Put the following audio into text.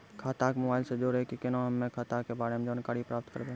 खाता के मोबाइल से जोड़ी के केना हम्मय खाता के बारे मे जानकारी प्राप्त करबे?